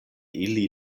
ili